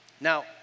Now